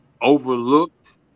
overlooked